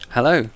Hello